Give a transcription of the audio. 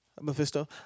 Mephisto